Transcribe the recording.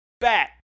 Bat